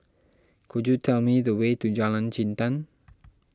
could you tell me the way to Jalan Jintan